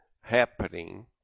happening